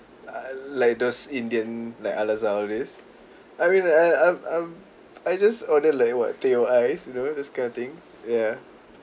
uh like those indian like al azhar all this I mean I um um I just order like what teh O ice you know those kind of thing ya